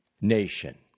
nation